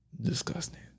disgusting